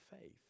faith